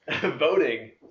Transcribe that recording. voting